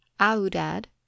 Aoudad